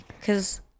Cause